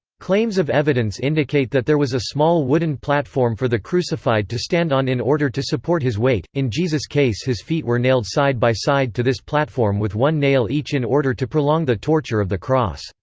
claims of evidence indicate that there was a small wooden platform for the crucified to stand on in order to support his weight in jesus' case his feet were nailed side by side to this platform with one nail each in order to prolong the torture of the cross.